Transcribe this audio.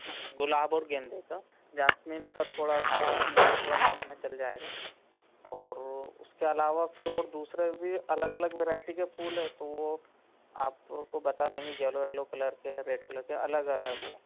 है ना गुलाब और गेंदे का जासमीन का थोड़ा सा अपने को थोड़ा कम में चल जाएगा और वह उसके अलावा फिर और दूसरे भी अलग अलग वेराइटी के फूल हैं तो वह आपको बता देंगे येलो येलो कलर के रेड कलर के अलग हैं वह